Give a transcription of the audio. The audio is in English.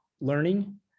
learning